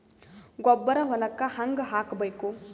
ಗೊಬ್ಬರ ಹೊಲಕ್ಕ ಹಂಗ್ ಹಾಕಬೇಕು?